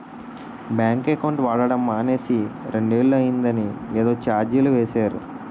bank account వాడడం మానేసి రెండేళ్ళు అయిందని ఏదో చార్జీలు వేసేరు